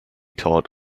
told